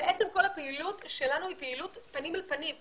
כל הפעילות שלנו היא פעילות פנים אל פנים,